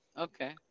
Okay